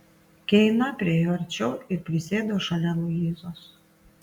keina priėjo arčiau ir prisėdo šalia luizos